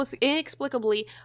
inexplicably